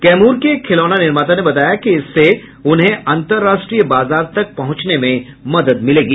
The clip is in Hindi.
कैमूर के एक खिलौना निर्माता ने बताया कि इससे उन्हें अंतर्राष्ट्रीय बाजार तक पहुंचने में मदद मिलेगी